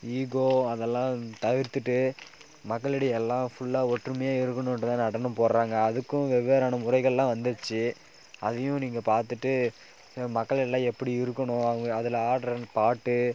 ego அதெல்லாம் தவிர்த்துவிட்டு மக்களிடையே எல்லாம் ஃபுல்லாக ஒற்றுமையாக இருக்கணுன்ட்டு தான் நடனம் போடுறாங்க அதுக்கும் வெவ்வேறான முறைகளெலாம் வந்துடுச்சு அதையும் நீங்கள் பார்த்துட்டு மக்களிலெலாம் எப்படி இருக்கணும் அவங்க அதில் ஆடுற பாட்டு